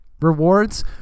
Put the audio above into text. rewards